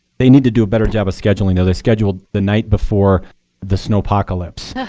they need to do a better job of scheduling, though. they scheduled the night before the snow apocalypse,